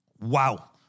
Wow